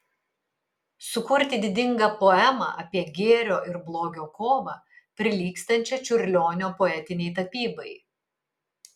sukurti didingą poemą apie gėrio ir blogio kovą prilygstančią čiurlionio poetinei tapybai